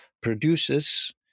produces